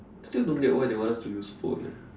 still don't get why they want us to use phone eh